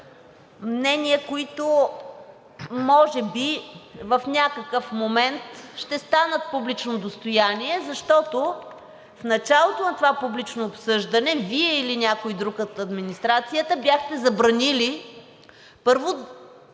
мнения, които може би в някакъв момент ще станат публично достояние, защото в началото на това публично обсъждане Вие или някой друг от администрацията бяхте забранили, първо,